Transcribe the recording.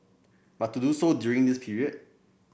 but to do so during this period